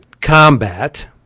Combat